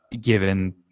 given